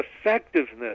effectiveness